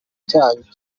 cyacu